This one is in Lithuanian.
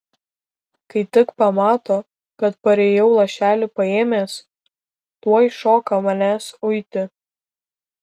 kai tik pamato kad parėjau lašelį paėmęs tuoj šoka manęs uiti